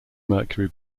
mercury